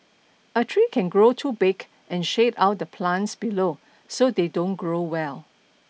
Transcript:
a tree can grow too big and shade out the plants below so they don't grow well